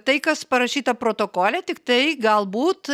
tai kas parašyta protokole tiktai galbūt